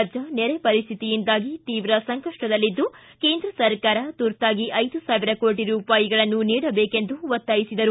ರಾಜ್ಯ ನೆರೆ ಪರಿಸ್ಥಿತಿಯಿಂದಾಗಿ ತೀವ್ರ ಸಂಕಷ್ಟದಲ್ಲಿದ್ದು ಕೇಂದ್ರ ಸರ್ಕಾರ ತುರ್ತಾಗಿ ನ್ ಸಾವಿರ ಕೋಟ ರೂಪಾಯಿಗಳನ್ನು ನೀಡಬೇಕೆಂದು ಒತ್ತಾಯಿಸಿದರು